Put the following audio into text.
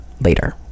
later